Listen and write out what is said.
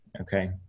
Okay